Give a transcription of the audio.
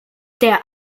der